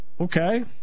Okay